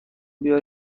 بیارم